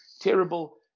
terrible